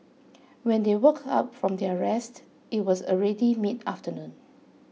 when they woke up from their rest it was already midafternoon